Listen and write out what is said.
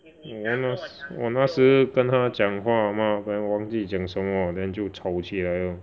我那我那时跟他讲话吗 then 我忘记讲什么 then 就吵起来了